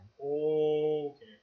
okay